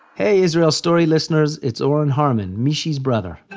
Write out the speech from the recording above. hey israel story listeners, it's oren harman, mishy's brother.